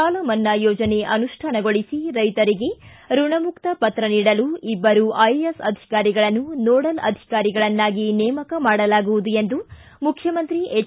ಸಾಲಮನ್ನಾ ಯೊಜನೆ ಅನುಷ್ಯಾನಗೊಳಿಸಿ ರೈತರಿಗೆ ಋಣಮುಕ್ತ ಪತ್ರ ನೀಡಲು ಇಬ್ಬರು ಐಎಎಸ್ ಅಧಿಕಾರಿಗಳನ್ನು ನೋಡಲ್ ಅಧಿಕಾರಿಗಳನ್ನಾಗಿ ನೇಮಕ ಮಾಡಲಾಗುವುದು ಎಂದು ಮುಖ್ಯಮಂತ್ರಿ ಎಚ್